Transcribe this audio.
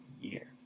year